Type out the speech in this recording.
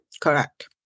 Correct